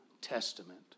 Testament